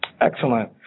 Excellent